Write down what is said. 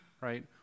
right